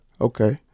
Okay